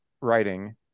writing